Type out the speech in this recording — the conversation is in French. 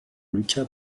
luka